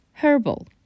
Herbal